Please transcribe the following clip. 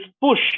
push